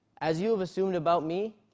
as you have assumed about me,